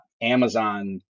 Amazon